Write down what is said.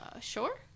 Sure